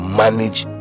manage